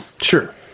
Sure